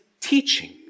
teaching